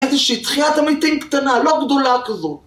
איזושהי, תחיית המתים קטנה, לא גדולה כזאת.